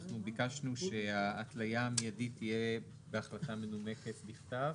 אנחנו ביקשנו שההתליה המיידית תהיה בהחלטה מנומקת בכתב